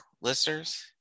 listeners